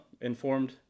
informed